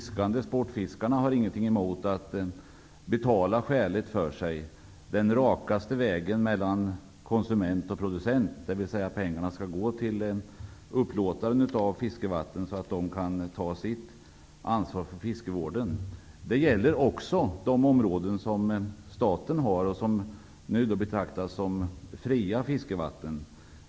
Sportfiskarna har ingenting emot att betala skäligt för sig, om pengarna går den rakaste vägen mellan konsument och producent, dvs. att pengarna skall gå till upplåtaren av fiskevatten, så att han kan ta sitt ansvar för fiskevården. Detsamma gäller också statens områden som nu betraktas som fria fiskevatten.